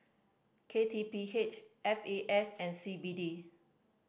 K T P H F A S and C B D